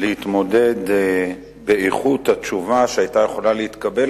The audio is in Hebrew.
להתמודד באיכות התשובה שהיתה יכולה להתקבל